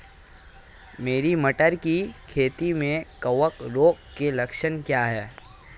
मेरी मटर की खेती में कवक रोग के लक्षण क्या हैं?